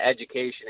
education